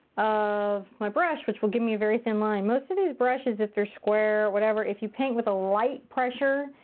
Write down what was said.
of my brush, which will give me a very thin line. most of these brushes, if they're square or whatever, if you paint with a light pressure,